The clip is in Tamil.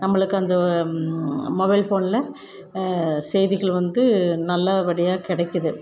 நம்மளுக்கு அந்த மொபைல் ஃபோனில் செய்திகள் வந்து நல்லபடியாக கிடைக்கிது